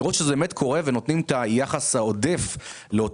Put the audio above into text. כדי לראות שזה באמת קורה ונותנים את היחס העודף לאותם